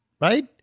Right